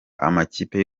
amakipe